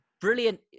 brilliant